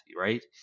right